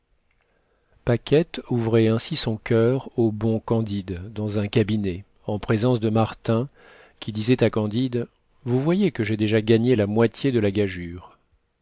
paquette ouvrait ainsi son coeur au bon candide dans un cabinet en présence de martin qui disait à candide vous voyez que j'ai déjà gagné la moitié de la gageure